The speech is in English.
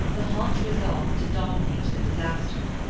the hot resolve to dominate the disaster.